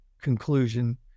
conclusion